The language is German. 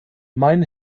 mein